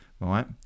right